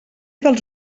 dels